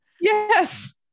Yes